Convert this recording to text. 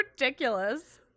ridiculous